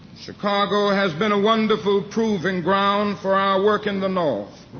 chicago has been a wonderful proving ground for our work in the north.